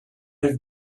have